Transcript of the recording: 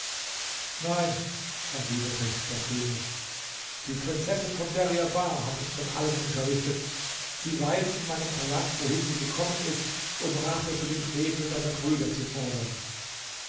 nein erwiderte der könig die prinzessin von deryabar hat uns von allem unterrichtet sie weilt in meinem palast wohin sie gekommen ist um rache für den frevel deiner brüder zu fordern